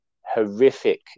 horrific